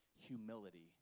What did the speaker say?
humility